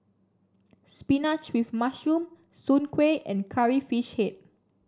spinach with mushroom Soon Kuih and Curry Fish Head